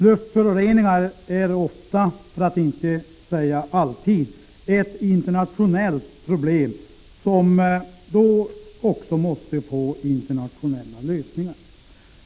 Luftföroreningar är ofta, för att inte säga alltid, ett internationellt problem, som också måste få internationella lösningar.